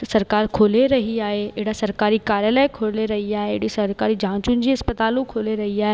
सरकारु खोले रही आहे अहिड़ा सरकारी कार्यालय खोले रही आहे अहिड़ी सरकारी जांचुनि जूं अस्पतालूं खोले रही आहे